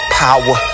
power